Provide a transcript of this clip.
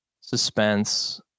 suspense